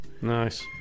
nice